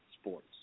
sports